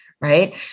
right